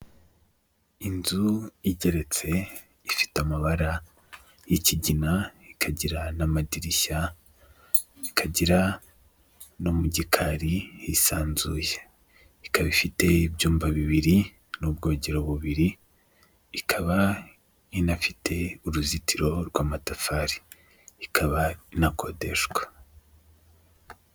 Inzu igeretse ifite amabara y'ikigina, ikagira n'amadirishya, ikagira no mu gikari hisanzuye ikaba ifite ibyumba bibiri n'ubwogero bubiri, ikaba inafite uruzitiro rw'amatafari, ikaba inakodeshwa.